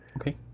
okay